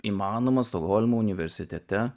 įmanoma stokholmo universitete